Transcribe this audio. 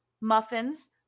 muffins